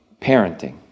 parenting